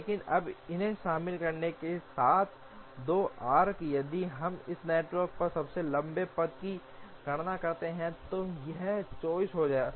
लेकिन अब इन्हें शामिल करने के साथ 2 आर्क्स यदि हम इस नेटवर्क पर सबसे लंबे पथ की गणना करते हैं तो यह 34 हो जाएगा